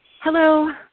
Hello